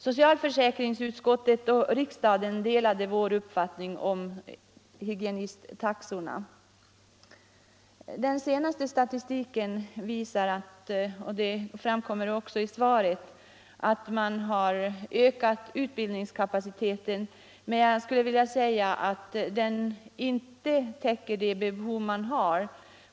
Socialförsäkringsutskottet och riksdagen delade vår uppfattning om hygienisttaxorna. Den senaste statistiken visar — och det framkommer också i svaret — att utbildningskapaciteten har ökat. Men den täcker ändå inte det behov som finns.